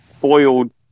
boiled